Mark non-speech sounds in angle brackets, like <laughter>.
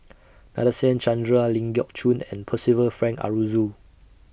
<noise> Nadasen Chandra Ling Geok Choon and Percival Frank Aroozoo